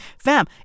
Fam